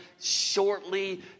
shortly